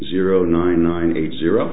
zero nine nine eight zero